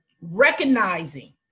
recognizing